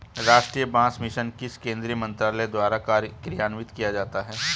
राष्ट्रीय बांस मिशन किस केंद्रीय मंत्रालय द्वारा कार्यान्वित किया जाता है?